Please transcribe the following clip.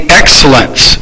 excellence